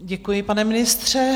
Děkuji, pane ministře.